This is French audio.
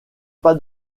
pas